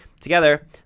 Together